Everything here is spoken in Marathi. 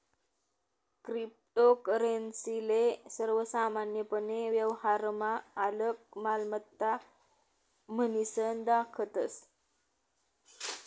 क्रिप्टोकरेंसी ले सर्वसामान्यपने व्यवहारमा आलक मालमत्ता म्हनीसन दखतस